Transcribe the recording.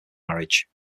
marriage